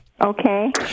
Okay